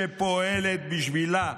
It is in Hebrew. שפועלת בשבילה,